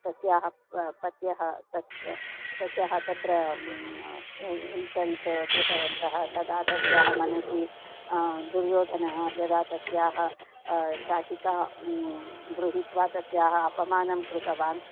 तस्याः पत्युः तस्याः तस्याः तत्र इन्सल्ट् कृतवन्तः तदा तस्याः मनसि दुर्योधनः यदा तस्याः शाटिकां गृहित्वा तस्याः अपमानं कृतवान्